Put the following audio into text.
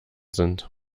sind